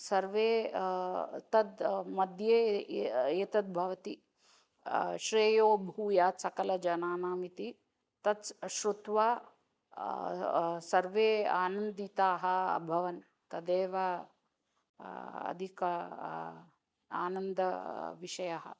सर्वे तन्मध्ये ए एतद्भवति श्रेयो भूयात् सकलजनानाम् इति तत् स् श्रुत्वा सर्वे आनन्दिताः अभवन् तदेव अधिकः अ आनन्दविषयः